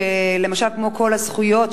למשל כמו "קול הזכויות",